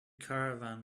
caravan